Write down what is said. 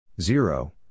Zero